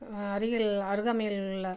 அருகில் அருகாமையிலுள்ள